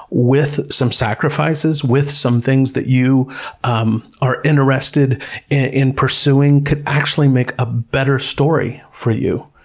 with some sacrifices, with some things that you um are interested in pursuing, could actually make a better story for you.